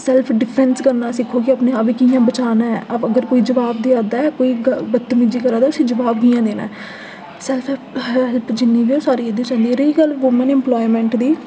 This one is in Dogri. सैल्फ डिफेंस करना सिक्खो क्योंकि अपने आप गी कि'यां बचाना ऐ अगर कोई जवाब देआ दा ऐ कोई बदतमीज़ी करै दा ऐ उसी जवाब कि'यां देना ऐ सैल्फ हैल्प जिन्नी बी ऐ सारी इद्धर जंदी रेही वुमन इम्पलायमेंट दी